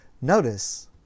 Notice